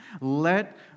Let